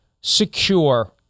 secure